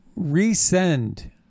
resend